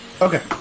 Okay